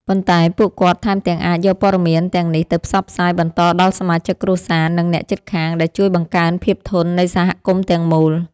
ប៉ុន្តែពួកគាត់ថែមទាំងអាចយកព័ត៌មានទាំងនេះទៅផ្សព្វផ្សាយបន្តដល់សមាជិកគ្រួសារ និងអ្នកជិតខាង ដែលជួយបង្កើនភាពធន់នៃសហគមន៍ទាំងមូល។